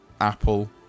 Apple